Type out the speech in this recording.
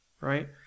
right